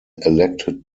elected